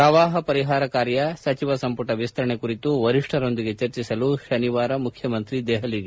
ಪ್ರವಾಹ ಪರಿಹಾರ ಕಾರ್ಯ ಸಚಿವ ಸಂಪುಟ ವಿಸ್ತರಣೆ ಕುರಿತು ವರಿಷ್ಠರೊಂದಿಗೆ ಚರ್ಚಿಸಲು ಶನಿವಾರ ಮುಖ್ಲಮಂತ್ರಿ ದೆಹಲಿಗೆ